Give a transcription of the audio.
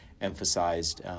emphasized